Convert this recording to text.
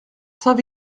saint